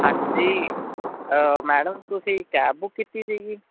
ਹਾਂਜੀ ਮੈਡਮ ਤੁਸੀਂ cab book ਕੀਤੀ ਸੀਗੀ